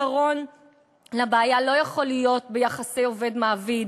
הפתרון לבעיה לא יכול להיות ביחסי עובד מעביד,